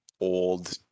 old